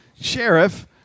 sheriff